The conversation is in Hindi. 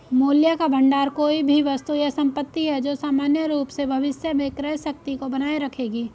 मूल्य का भंडार कोई भी वस्तु या संपत्ति है जो सामान्य रूप से भविष्य में क्रय शक्ति को बनाए रखेगी